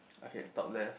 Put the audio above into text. okay top left